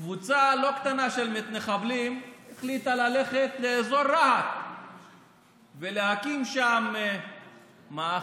קבוצה לא קטנה של מתנחבלים החליטה ללכת לאזור רהט ולהקים שם מאחז,